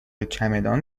چمدان